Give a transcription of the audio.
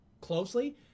closely